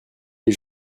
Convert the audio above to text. les